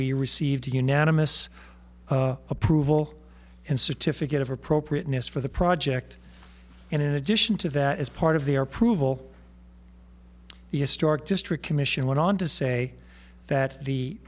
we received the unanimous approval and certificate of appropriateness for the project and in addition to that as part of the our prove all the historic district commission went on to say that the